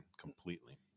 completely